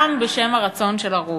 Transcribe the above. גם בשם הרצון של הרוב.